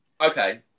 Okay